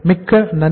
மிக்க நன்றி